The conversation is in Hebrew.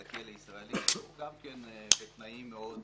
לכלא ישראלי גם כן בתנאים מאוד